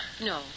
No